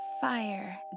Fire